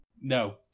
No